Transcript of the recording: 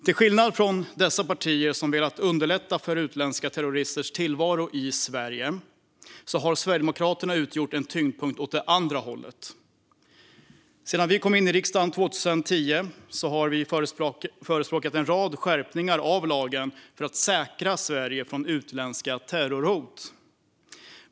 Till skillnad från dessa partier, som velat underlätta utländska terroristers tillvaro i Sverige, har Sverigedemokraterna utgjort en tyngdpunkt åt andra hållet. Sedan vi kom in i riksdagen 2010 har vi förespråkat en rad skärpningar av lagen för säkra Sverige från utländska terrorhot.